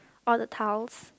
all the tiles